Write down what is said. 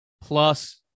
plus